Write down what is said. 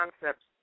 concepts